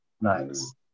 Nice